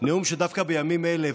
נאום שדווקא בימים אלה,